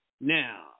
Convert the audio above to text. Now